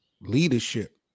leadership